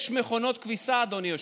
יש מכונות כביסה, אדוני היושב-ראש.